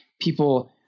people –